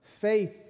faith